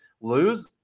lose